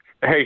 Hey